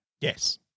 Yes